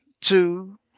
two